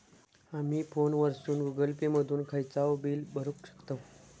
आमी फोनवरसून Google Pay मधून खयचाव बिल भरुक शकतव